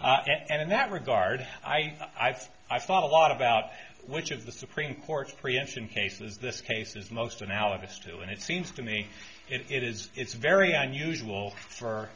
and in that regard i i've i've thought a lot about which of the supreme court princeton cases this case is most analogous to and it seems to me it is it's very unusual for